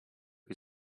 who